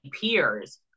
peers